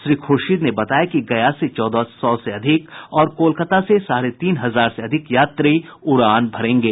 श्री खुर्शीद ने बताया कि गया से चौदह सौ से अधिक और कोलकाता से साढ़े तीन हजार से अधिक यात्री उड़ान भरेंगे